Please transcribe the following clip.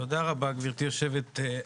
תודה רבה גבירתי היו"ר.